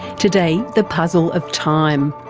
today, the puzzle of time.